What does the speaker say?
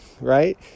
right